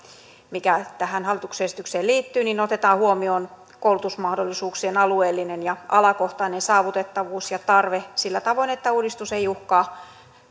mikä tähän hallituksen esitykseen liittyy otetaan huomioon koulutusmahdollisuuksien alueellinen ja alakohtainen saavutettavuus ja tarve sillä tavoin että uudistus ei uhkaa